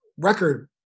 Record